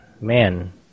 man